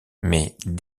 mais